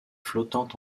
flottante